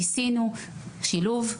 ניסינו שילוב,